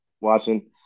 watching